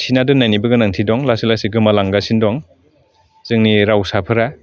थिना दोन्नायनिबो गोनांथि दं लासै लासै गोमालांगासिनो दं जोंनि रावसाफ्रा